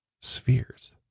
spheres